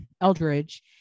Eldridge